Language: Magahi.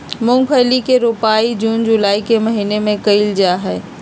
मूंगफली के रोपाई जून जुलाई के महीना में कइल जाहई